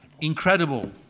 incredible